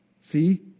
See